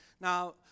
Now